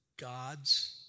God's